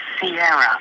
Sierra